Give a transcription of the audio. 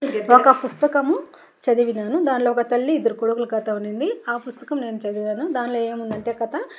ఒక పుస్తకము చదివాను దానిలో ఒక తల్లి ఇద్దరు కొడుకులు కథ ఉంది ఆ పుస్తకం నేను చదివాను దానిలో ఏం ఉంది అంటే కథ